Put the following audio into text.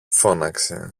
φώναξε